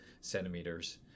centimeters